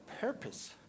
purpose